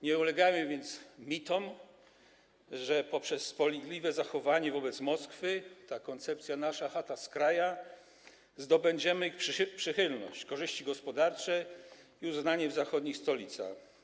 Nie ulegajmy więc mitom, że poprzez spolegliwe zachowanie wobec Moskwy - ta koncepcja: nasza chata z kraja - zdobędziemy przychylność, korzyści gospodarcze i uznanie w zachodnich stolicach.